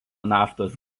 naftos